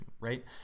right